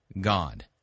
God